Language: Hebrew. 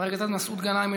חבר הכנסת מסעוד גנאים,